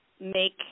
make